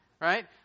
right